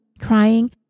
crying